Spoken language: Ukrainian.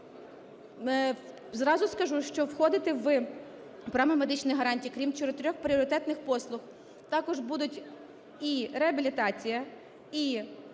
Зразу скажу, що входити в програму медичних гарантії, крім чотирьох пріоритетних послуг, також будуть і реабілітація, і